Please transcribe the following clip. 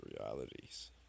realities